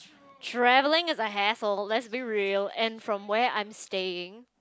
travelling is a hassle let's be real and from where I'm staying